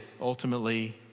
ultimately